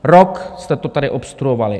Rok jste to tady obstruovali.